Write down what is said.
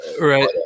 right